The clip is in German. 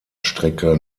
strecke